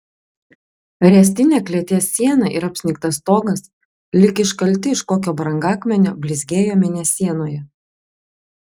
ręstinė klėties siena ir apsnigtas stogas lyg iškalti iš kokio brangakmenio blizgėjo mėnesienoje